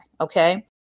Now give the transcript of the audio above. Okay